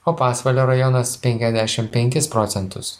o pasvalio rajonas penkiasdešim penkis procentus